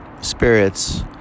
spirits